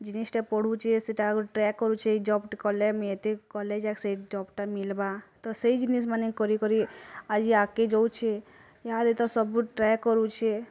ଜିନିଷଟେ ପଢ଼ୁଛେ ସେଇଟା ଗୁଟେ ଟ୍ରାଏ କରୁଛେ ଜବ୍ ଟେ କଲେ ମୁଇଁ ଏତେ କଲେ ଯାଇ ସେଇ ଜବ୍ ଟା ମିଲ୍ବା ତ ସେଇ ଜିନିଷ୍ ମାନେ କରିକରି ଆଜି ଆଗକେ ଯଉଛେ ଇହାଦେ ତ ସବୁ ଟ୍ରାଏ କରୁଛେ